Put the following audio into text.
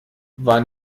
war